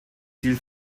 ziel